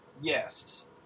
Yes